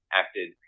acted